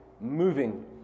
moving